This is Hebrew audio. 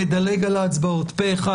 התקנות אושרו פה אחד.